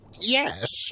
Yes